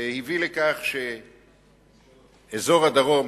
הביא לכך שאזור הדרום